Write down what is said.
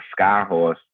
Skyhorse